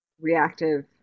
reactive